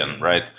right